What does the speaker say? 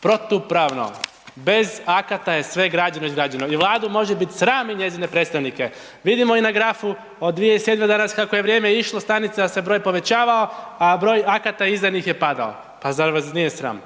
protupravno, bez akata je sve građeno i izgrađeno. I vladu može biti sam i njezine predstavnike, vidimo na grafu od 2007. kako je vrijeme išlo do danas, stanica se broj povećao a broj akata izdanih je padao. Pa zar vas nije sram?